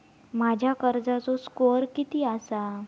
माझ्या कर्जाचो स्कोअर किती आसा?